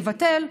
לבטל,